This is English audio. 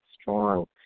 strong